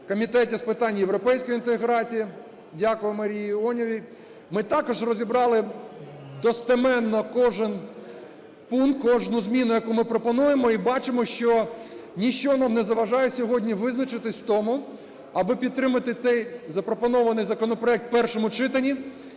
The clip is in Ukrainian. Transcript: Комітеті з питань європейської інтеграції, дякую Марії Іоновій, ми також розібрали достеменно кожен пункт, кожну зміну, яку ми пропонуємо, і бачимо, що ніщо нам не заважає сьогодні визначитись в тому, аби підтримати цей запропонований законопроект в першому читанні